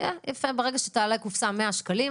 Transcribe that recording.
תעלה 100 שקלים,